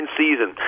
season